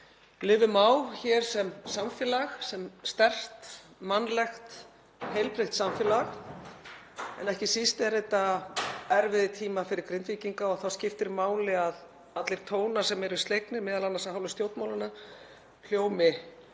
lifum á hér sem samfélag, sem sterkt, mannlegt og heilbrigt samfélag, en ekki síst eru þetta erfiðir tímar fyrir Grindvíkinga. Þá skiptir máli að allir tónar sem eru slegnir, m.a. af hálfu stjórnmálanna, hljómi